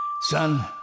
Son